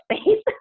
space